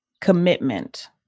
Commitment